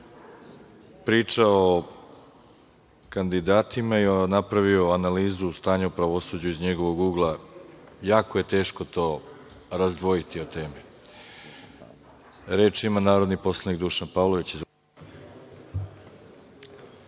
pričao o kandidatima i napravio analizu stanja pravosuđa iz njegovog ugla. Jako je teško to razdvojiti od teme. Reč ima narodni poslanik Dušan Pavlović.